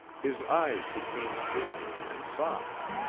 his eyes became pleading and soft.